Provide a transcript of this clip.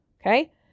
Okay